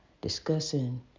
discussing